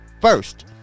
first